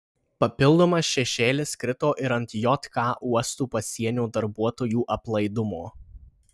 papildomas šešėlis krito ir ant jk uostų pasienio darbuotojų aplaidumo